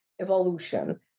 evolution